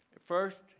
first